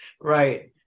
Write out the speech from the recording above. right